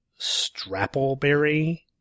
Strappleberry